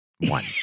one